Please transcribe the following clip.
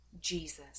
Jesus